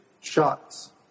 shots